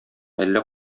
әллә